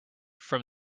from